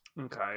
Okay